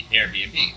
Airbnb